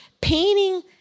Painting